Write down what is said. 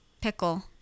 pickle